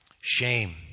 Shame